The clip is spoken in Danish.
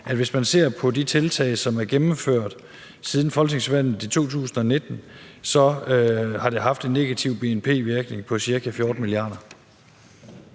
at hvis man ser på de tiltag, som er gennemført siden folketingsvalget i 2019, så har de haft en negativ bnp-virkning på ca. 14 mia.